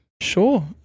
Sure